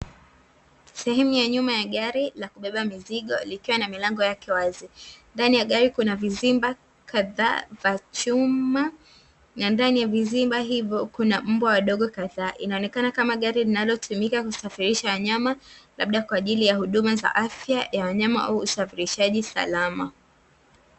Sehemu ya nyuma ya gari la kubebea mizigo likiwa na milango yake wazi, ndani ya gari kuna vizimba kadhaa vya chuma na ndani ya vizimba hivyo, kuna mbwa wadogo kadhaa inaonekana kama gari linalotumika kusafirisha wanyama labda kwaajili ya huduma za afya ya wanyama au usafirishaji salama.